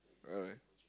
alright